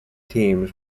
teams